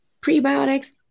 prebiotics